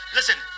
Listen